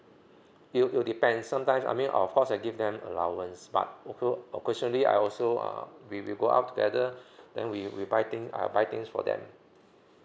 it it will depend sometime I mean of course I'll give them allowance but also occasionally I also uh we will go out together then we will buy thing I'll buy things for them